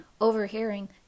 Overhearing